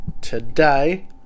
today